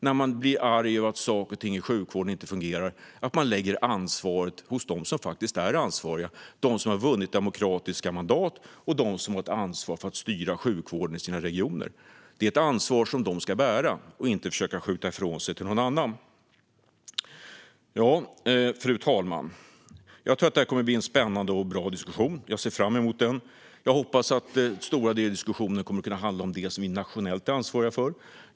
När man blir arg över att saker och ting i sjukvården inte fungerar tror jag att det är viktigt att man lägger ansvaret hos dem som faktiskt är ansvariga: de som har vunnit demokratiska mandat och de som har ett ansvar för att styra sjukvården i sina regioner. Det är ett ansvar som de ska bära och inte försöka skjuta ifrån sig till någon annan. Fru talman! Jag tror att det här kommer att bli en spännande och bra diskussion och ser fram emot den. Jag hoppas att den stora diskussionen kommer att kunna handla om det som vi nationellt är ansvariga för.